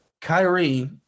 Kyrie